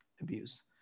abuse